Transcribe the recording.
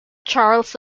charles